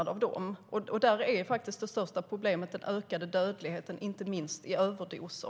Där är faktiskt det största problemet den ökade dödligheten, inte minst på grund av överdoser.